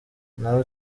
ntawe